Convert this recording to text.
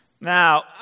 Now